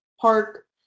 Park